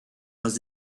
was